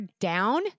down